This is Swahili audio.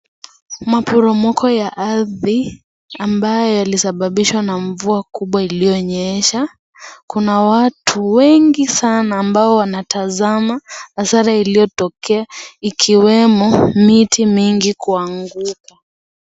Maporomoko ya ardhi ambayo yalisababishwa na mvua kubwa iliyonyesha, kuna watu wengi sana ambao wanatazama hasara iliyotokea ikiwemo miti mengi kuanguka.